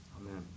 Amen